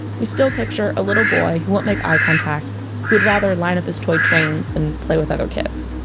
we still picture a little boy who won't make eye contact, who would rather lineup his toy trains than play with other kids